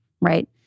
right